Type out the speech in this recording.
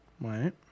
Right